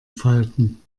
falten